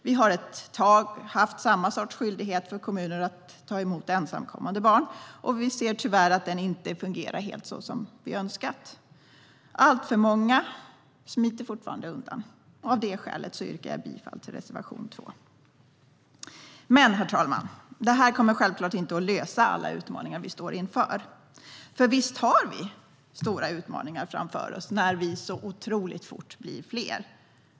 Vi har haft samma sorts skyldighet för kommuner att ta emot ensamkommande barn, men vi ser tyvärr att den inte fungerar alldeles så som vi önskat. Alltför många smiter fortfarande undan. Av det skälet yrkar jag bifall till reservation 2. Men, herr talman, det här kommer självklart inte att lösa alla utmaningar vi står inför. Och visst har vi stora utmaningar framför oss när vi blir fler så otroligt fort.